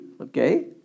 okay